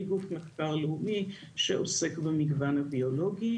גוף מחקר לאומי שעוסק במגוון הביולוגי,